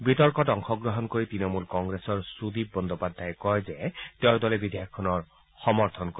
বিতৰ্কত অংশগ্ৰহণ কৰি ত়ণমূল কংগ্ৰেছৰ সুদীপ বন্দোপাধ্যায়ে কয় যে তেওঁৰ দলে বিধেয়কখনৰ সমৰ্থন কৰে